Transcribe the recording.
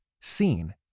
seen